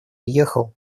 уехал